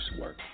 work